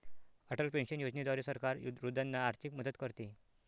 Atal pension योजनेद्वारे सरकार वृद्धांना आर्थिक मदत करते